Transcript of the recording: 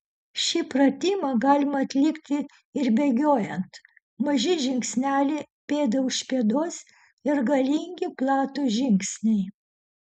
šį pratimą galima atlikti ir bėgiojant maži žingsneliai pėda už pėdos ir galingi platūs žingsniai